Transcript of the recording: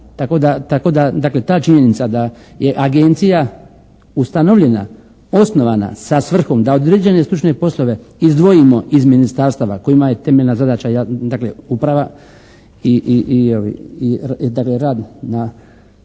tako da dakle ta činjenica da je Agencija ustanovljena, osnovana sa svrhom da određene stručne poslove izdvojimo iz ministarstava kojima je temeljna zadaća dakle uprava i dakle